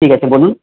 ঠিক আছে বলুন